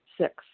Six